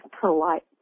polite